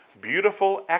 beautiful